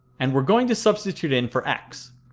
and we're going to substitute in for x.